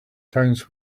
towns